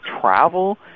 travel